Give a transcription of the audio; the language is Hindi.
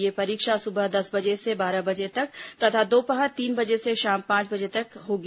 यह परीक्षा सुबह दस से बारह बजे तक तथा दोपहर तीन बजे से शाम पांच बजे तक होगी